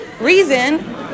reason